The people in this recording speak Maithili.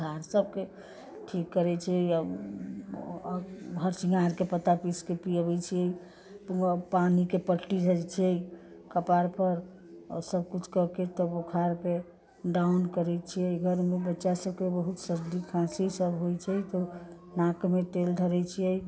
बोखार सबके ठीक करै छै या हरसिङ्घारके पत्ता पीसके पियाबै छियै पानिके पट्टीसँ जे छै कपारपर आओर सब किछु करके तब बोखारके डाउन करै छियै घरमे बच्चा सबके बहुत सर्दी खाँसी सब होइ छै तऽ नाकमे तेल धरै छियै